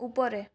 উপরে